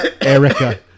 Erica